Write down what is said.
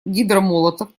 гидромолотов